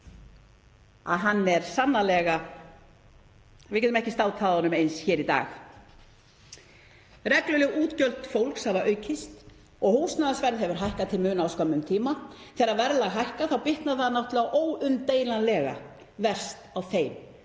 við það náttúrlega að við getum ekki státað af honum eins hér í dag. Regluleg útgjöld fólks hafa aukist og húsnæðisverð hefur hækkað til muna á skömmum tíma. Þegar verðlag hækkar þá bitnar það náttúrlega óumdeilanlega verst á þeim